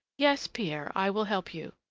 yes, pierre, i will help you,